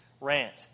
rant